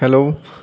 hello